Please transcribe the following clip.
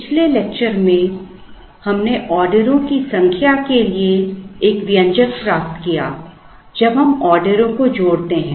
पिछले लेक्चर में हमने ऑर्डरों की संख्या के लिए एक व्यंजक प्राप्त किया जब हम ऑर्डरों को जोड़ते हैं